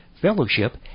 fellowship